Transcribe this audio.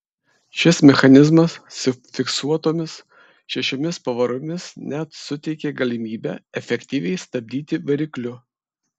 šis mechanizmas su fiksuotomis šešiomis pavaromis net suteikė galimybę efektyviai stabdyti varikliu